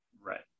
Right